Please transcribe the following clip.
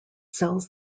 sells